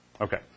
Okay